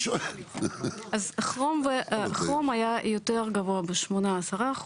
אז כרום היה יותר גבוה ב- 8%-10%